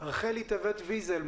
רחלי טבת ויזל,